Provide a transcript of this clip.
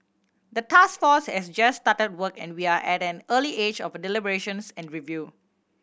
the task force has just started work and we are at an early age of deliberations and review